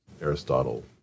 Aristotle